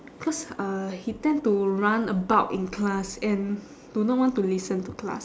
cause uh he tend to run about in class and do not want to listen to class